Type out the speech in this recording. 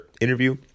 interview